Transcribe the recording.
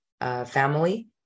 family